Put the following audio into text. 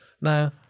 Now